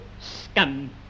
scum